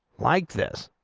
like this